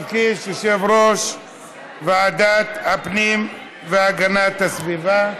יושב-ראש ועדת הפנים והגנת הסביבה.